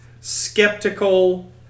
skeptical